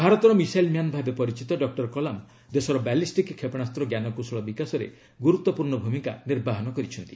ଭାରତର missile man ଭାବେ ପରିଚିତ ଡକୁର କଲାମ ଦେଶର ବାଲିଷ୍ଟିକ୍ କ୍ଷେପଣାସ୍ତ୍ର ଜ୍ଞାନକୌଶଳ ବିକାଶରେ ଗୁରୁତ୍ୱପୂର୍ଣ୍ଣ ଭୂମିକା ନିର୍ବାହନ କରିଛନ୍ତି